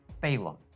Balaam